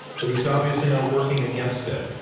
but he's obviously not working against it.